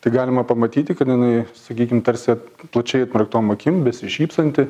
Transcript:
tai galima pamatyti kad jinai sakykim tarsi plačiai atmerktom akim besišypsanti